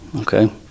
Okay